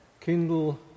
Kindle